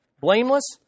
Blameless